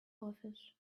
office